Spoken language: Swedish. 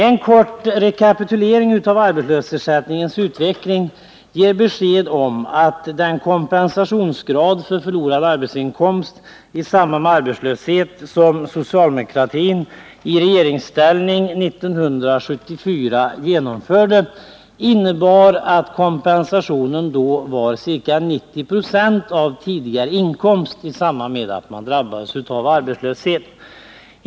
En kort tillbakablick på arbetslöshetsersättningens utveckling ger besked om att den kompensation för förlorad arbetsinkomst i samband med arbetslöshet som socialdemokratin i regeringsställning genomförde 1974 innebar att kompensationen då var ca 90 96 av tidigare inkomst.